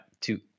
two